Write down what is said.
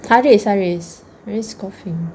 haris haris haris coughing